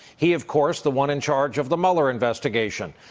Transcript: he, of course, the one in charge of the mueller investigation.